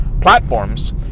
platforms